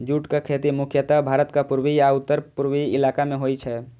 जूटक खेती मुख्यतः भारतक पूर्वी आ उत्तर पूर्वी इलाका मे होइ छै